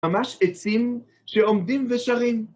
ממש עצים שעומדים ושרים.